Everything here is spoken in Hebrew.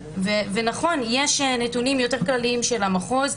ונכון יש נתונים יותר כללים של המחוז.